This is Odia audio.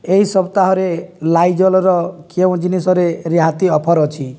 ଏହି ସପ୍ତାହରେ ଲାଇଜଲ୍ର କେଉଁ ଜିନିଷରେ ରିହାତି ଅଫର୍ ଅଛି